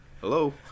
Hello